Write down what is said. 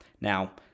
Now